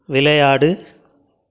விளையாடு